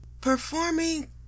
Performing